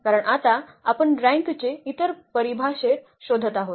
कारण आता आपण रँक चे इतर परिभाषेत शोधत आहोत